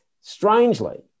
strangely